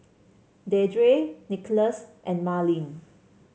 Deirdre Nicholas and Marlyn